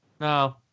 No